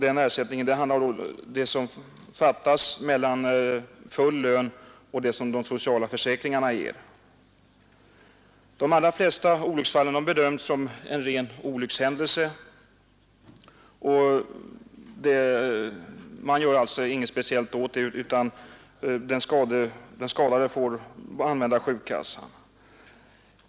Ersättningen avser alltså skillnaden mellan full lön och vad socialförsäkringarna ger. De allra flesta olycksfall bedöms som rena olyckshändelser, och det vidtas inga speciella åtgärder utan den skadade får vända sig till sjukkassan.